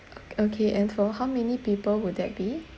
okay and for how many people would that be